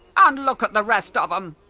and look at the rest of them!